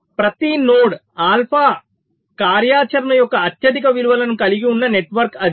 ప్రతి node alpha కార్యాచరణ యొక్క అత్యధిక విలువలను కలిగి ఉన్న నెట్వర్క్ అది